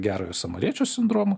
gerojo samariečio sindromu